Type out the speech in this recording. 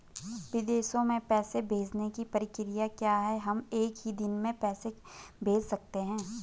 विदेशों में पैसे भेजने की प्रक्रिया क्या है हम एक ही दिन में पैसे भेज सकते हैं?